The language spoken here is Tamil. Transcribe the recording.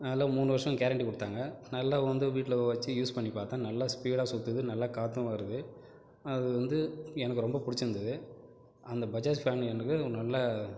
அதில் மூணு வருஷம் கேரண்டி கொடுத்தாங்க நல்ல வந்து வீட்டில் வச்சு யூஸ் பண்ணி பார்த்தேன் நல்ல ஸ்பீட்டாக சுற்றுது நல்லா காற்றும் வருது அது வந்து எனக்கு ரொம்ப புடிச்சிருந்துது அந்த பஜாஜ் ஃபேன் எனக்கு நல்ல